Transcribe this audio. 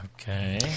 Okay